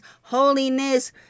holiness